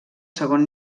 segon